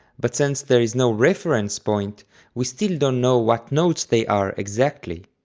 but since there is no reference point we still don't know what notes they are exactly.